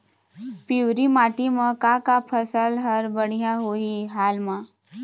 पिवरी माटी म का का फसल हर बढ़िया होही हाल मा?